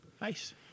Nice